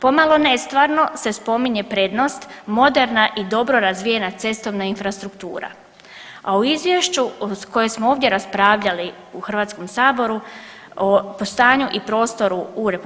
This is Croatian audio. Pomalo nestvarno se spominje prednost moderna i dobro razvijena cestovna infrastruktura, a u izvješću koje smo ovdje raspravljali u HS o postojanju i prostoru u RH